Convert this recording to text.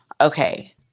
okay